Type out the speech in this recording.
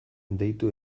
deitu